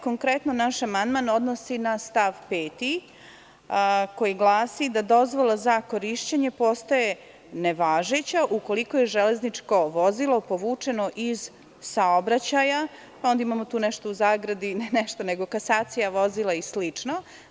Konkretno ovaj naš amandman se odnosi na stav 5. koji glasi: „Dozvola za korišćenje postaje nevažeća ukoliko je železničko vozilo povučeno iz saobraćaja“, a onda imamo u zagradi: „kasacija vozila i slično“